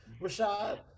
Rashad